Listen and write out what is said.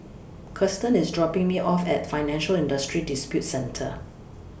Kiersten IS dropping Me off At Financial Industry Disputes Center